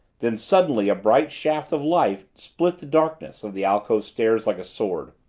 then suddenly a bright shaft of light split the darkness of the alcove stairs like a sword,